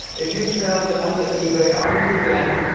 if you sell that on the ebay under then,